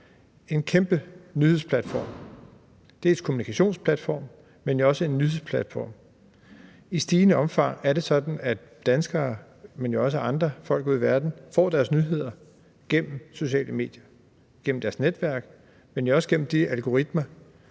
en kæmpe nyhedsplatform, altså en kommunikationsplatform, men jo også en nyhedsplatform. I stigende omfang er det sådan, at danskere, men jo også andre folk ude i verden, får deres nyheder gennem sociale medier. De får dem gennem deres netværk, men jo også gennem de algoritmer,